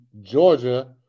Georgia